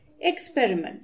experiment